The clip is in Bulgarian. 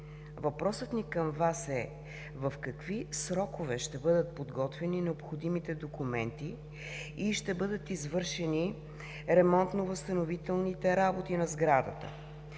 Въпросът ни към Вас е: в какви срокове ще бъдат подготвени необходимите документи и ще бъдат извършени ремонтно-възстановителните работи на сградата?